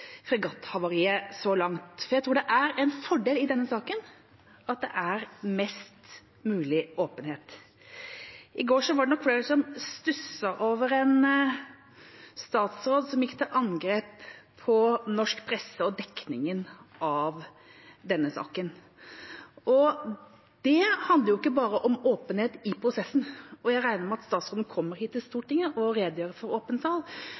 så langt, for jeg tror det er en fordel i denne saken at det er mest mulig åpenhet. I går var det nok flere som stusset over en statsråd som gikk til angrep på norsk presse og dekningen av denne saken. Det handler ikke bare om åpenhet i prosessen – og jeg regner med at statsråden kommer til Stortinget og redegjør for åpen sal